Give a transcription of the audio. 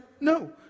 No